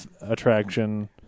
attraction